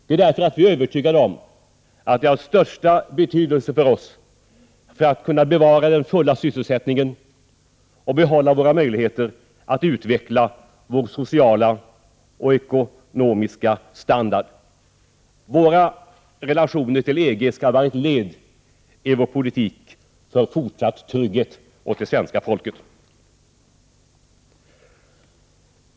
Jo, därför att vi är övertygade om att det är av största betydelse för oss för att vi skall kunna bevara den fulla sysselsättningen och behålla våra möjligheter att utveckla vår sociala och ekonomiska standard. Våra relationer till EG skall vara ett led i vår politik för fortsatt trygghet åt det svenska folket.